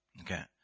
Okay